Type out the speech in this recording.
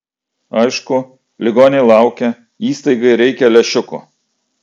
aišku ligoniai laukia įstaigai reikia lęšiukų